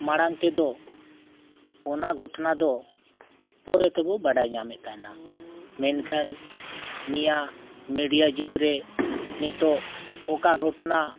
ᱢᱟᱲᱟᱝ ᱛᱮᱫᱚ ᱚᱱᱟ ᱜᱷᱚᱴᱚᱱᱟ ᱫᱚ ᱯᱚᱨᱮ ᱛᱮᱵᱚ ᱵᱟᱰᱟᱭ ᱧᱟᱢᱮᱫ ᱛᱟᱦᱮᱱᱟ ᱢᱮᱱᱠᱷᱟᱱ ᱱᱤᱭᱟᱹ ᱢᱤᱰᱤᱭᱟ ᱡᱩᱜᱽ ᱨᱮ ᱱᱤᱛᱚᱜ ᱚᱠᱟ ᱜᱷᱚᱴᱚᱱᱟ